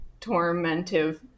tormentive